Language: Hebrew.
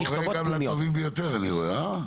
זה קורה גם לטובים ביותר, אני רואה, הא?